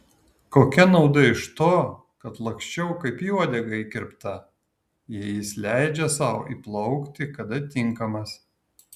kokia nauda iš to kad laksčiau kaip į uodegą įkirpta jei jis leidžia sau įplaukti kada tinkamas